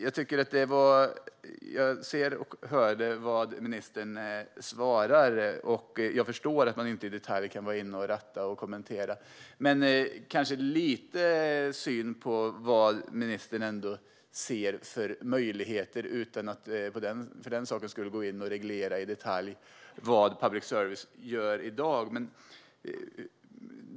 Jag hörde ministerns svar, och jag förstår att man inte kan vara inne och ratta och kommentera i detalj, men kanske kan ministern ändå ge en liten inblick i vad ministern ser för möjligheter utan att för den sakens skull gå in och reglera i detalj vad public service gör i dag.